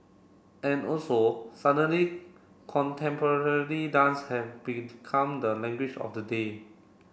and also suddenly contemporary dance have become the language of the day